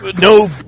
no